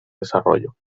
desarrollo